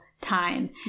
time